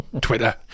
Twitter